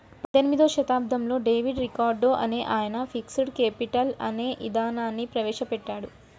పద్దెనిమిదో శతాబ్దంలో David Ricardo అనే ఆయన ఫిక్స్డ్ కేపిటల్ అనే ఇదానాన్ని ప్రవేశ పెట్టాడు